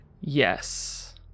Yes